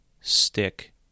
stick